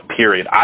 period